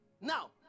Now